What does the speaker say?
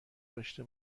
داشته